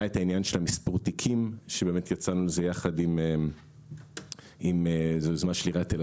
היה את העניין של מספור התיקים שבאמת יצאנו לזה יחד ביוזמת עיריית תל